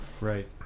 Right